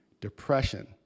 depression